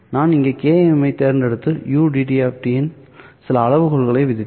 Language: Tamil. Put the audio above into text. நான் இந்த kAM ஐ தேர்ந்தெடுத்து ud இல் சில அளவுகோல்களை விதித்தல்